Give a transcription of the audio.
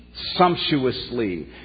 Sumptuously